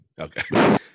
Okay